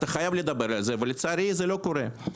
אבל לצערי זה לא קורה.